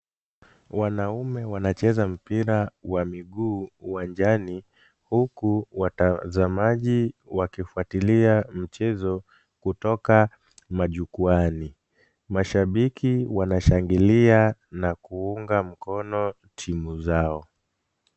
Wanaume wanacheza mpira wa miguu uwanjani huku watazamaji wakifuatilia mchezo kutoka majukwani. Mashabiki wanashangilia na kuunga mkono timu zao.